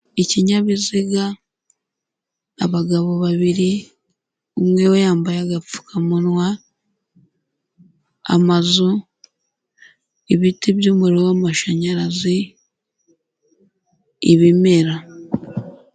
Ikinyabiziga, abagabo babiri umwe we yambaye agapfukamunwa, amazu, ibiti by'umuriro w'amashanyarazi, ibimera.